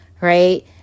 right